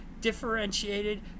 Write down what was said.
differentiated